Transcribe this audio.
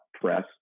press